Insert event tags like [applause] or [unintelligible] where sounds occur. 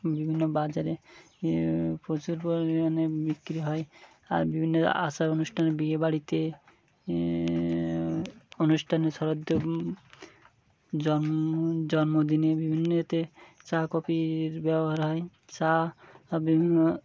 বিভিন্ন বাজারে প্রচুর পরিমাণে বিক্রি হয় আর বিভিন্ন আসা অনুষ্ঠানে বিয়ে বাড়িতে অনুষ্ঠানে [unintelligible] জন্ম জন্মদিনে বিভিন্ন যেতে চা কফির ব্যবহার হয় চা বিভিন্ন